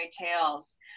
tales